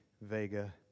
Vega